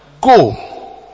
Go